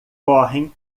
correm